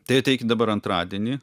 tai ateikit dabar antradienį